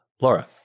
Laura